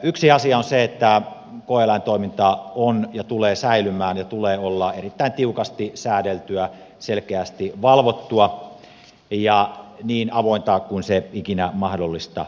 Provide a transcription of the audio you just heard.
yksi asia on se että koe eläintoiminta on ja tulee säilymään ja sen tulee olla erittäin tiukasti säädeltyä selkeästi valvottua ja niin avointa kuin se ikinä mahdollista on